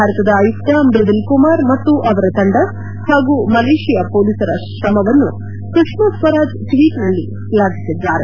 ಭಾರತದ ಆಯುತ್ತ ಮೈದುಲ್ ಕುಮಾರ್ ಮತ್ತು ಅವರ ತಂಡ ಹಾಗೂ ಮಲೇಷಿಯಾ ಮೊಲೀಸರ ಶ್ರಮವನ್ನು ಸುಷ್ಮಾ ಸ್ವರಾಜ್ ಟ್ವೀಟ್ನಲ್ಲಿ ಶ್ಲಾಘಿಸಿದ್ದಾರೆ